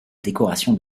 décorations